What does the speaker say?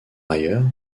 ailleurs